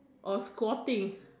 or squatting